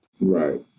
Right